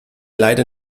leider